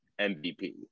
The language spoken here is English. MVP